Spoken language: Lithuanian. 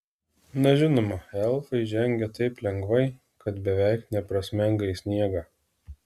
na žinoma elfai žengia taip lengvai kad beveik neprasmenga į sniegą